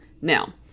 Now